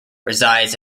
resides